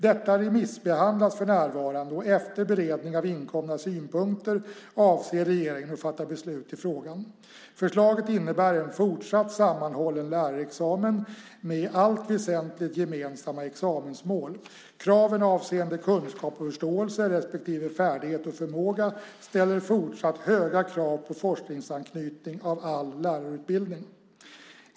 Detta remissbehandlas för närvarande och efter beredning av inkomna synpunkter avser regeringen att fatta beslut i frågan. Förslaget innebär en fortsatt sammanhållen lärarexamen med i allt väsentligt gemensamma examensmål. Kraven avseende kunskap och förståelse respektive färdighet och förmåga ställer fortsatt höga krav på forskningsanknytning av all lärarutbildning.